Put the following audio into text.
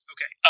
Okay